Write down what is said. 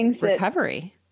recovery